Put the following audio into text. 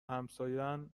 همساین